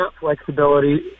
flexibility